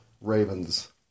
ravens